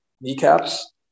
kneecaps